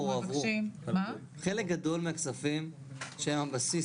אנחנו לא יודעים מה הסכום שמופיע בביטוח לאומי,